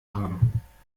haben